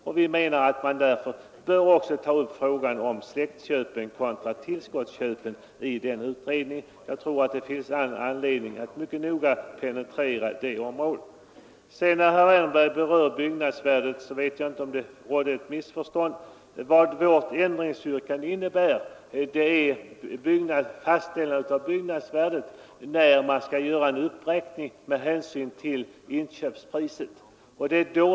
Vi anser därför att man också bör ta upp frågan om släktköpen kontra tillskottsköpen i den utredningen. Det finns all anledning att mycket noga penetrera det området. Herr Wärnberg berörde byggnadsvärdet, och jag vet inte om det möjligen rådde ett missförstånd. Vårt ändringsyrkande berör fastställandet av byggnadsvärdet när man skall göra en uppräkning med hänsyn till inköpspriset.